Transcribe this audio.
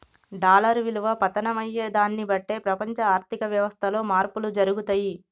dollar విలువ పతనం అయ్యేదాన్ని బట్టే ప్రపంచ ఆర్ధిక వ్యవస్థలో మార్పులు జరుగుతయి